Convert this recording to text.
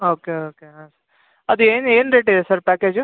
okay okay ಹಾಂ ಅದು ಏನು ಏನು ರೇಟಿದೆ ಸರ್ ಪ್ಯಾಕೇಜು